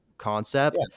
concept